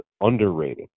underrated